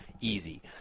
easy